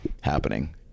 happening